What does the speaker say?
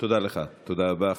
תודה לך, תודה רבה.